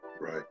right